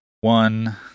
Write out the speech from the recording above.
one